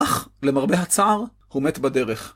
אך, למרבה הצער, הוא מת בדרך.